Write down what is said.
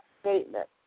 statement